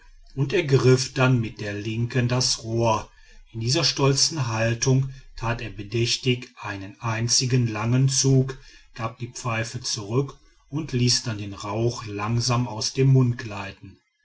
und ergriff dann mit der linken das rohr in dieser stolzen haltung tat er bedächtig einen einzigen langen zug gab die pfeife zurück und ließ dann den rauch langsam aus dem mund gleiten